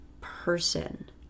person